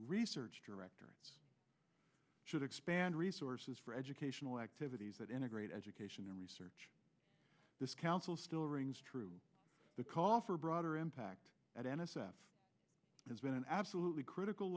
research director should expand resources for educational activities that integrate education and research this council still rings true the call for broader impact at n s f has been an absolutely critical